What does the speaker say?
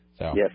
Yes